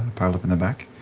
piled up in the back.